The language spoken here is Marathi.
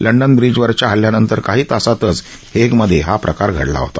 लंडन ब्रीजवरच्या हल्ल्यानंतर काही तासातच हेगमधे हा प्रकार घडला होता